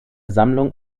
sammlung